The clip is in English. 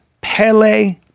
Pele